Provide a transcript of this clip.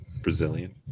Brazilian